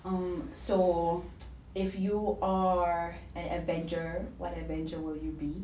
um so if you are an avenger what avenger will you be